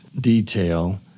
detail